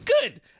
good